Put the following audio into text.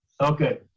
Okay